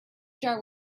jar